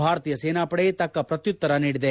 ಭಾರತೀಯ ಸೇನಾಪಡೆ ತಕ್ಕ ಪ್ರತ್ಯುತ್ತರ ನೀಡಿದೆ